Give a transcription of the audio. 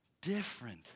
Different